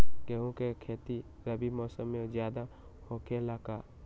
गेंहू के खेती रबी मौसम में ज्यादा होखेला का?